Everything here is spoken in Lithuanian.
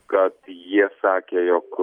kad jie sakė jog